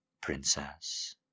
princess